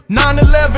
9-11